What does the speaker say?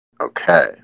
Okay